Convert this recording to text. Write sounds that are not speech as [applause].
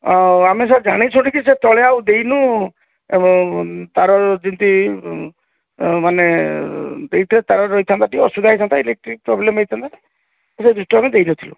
ହଁ ଆମେ ଜାଣିଶୁଣିକି ସେ ତଳେ ଆଉ ଦେଇନୁ ଏବଂ ତାର ଯେମିତି ମାନେ ଦେଇଥିଲେ ତାର ରହିଥାନ୍ତା ଟିକେ ଅସୁବିଧା ହୋଇଥାନ୍ତା ଇଲେକ୍ଟ୍ରି ପ୍ରୋବ୍ଲେମ୍ ହୋଇଥାନ୍ତା [unintelligible] ଦେଇ ନ ଥିଲୁ